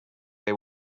they